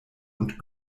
und